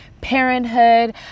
parenthood